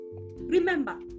Remember